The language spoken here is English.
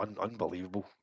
unbelievable